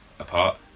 Apart